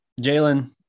Jalen